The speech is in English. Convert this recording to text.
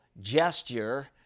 gesture